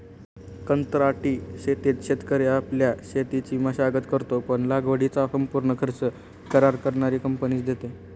कंत्राटी शेतीत शेतकरी आपल्या शेतीची मशागत करतो, पण लागवडीचा संपूर्ण खर्च करार करणारी कंपनीच देते